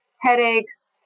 headaches